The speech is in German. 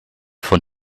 von